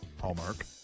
Hallmark